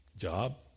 Job